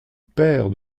père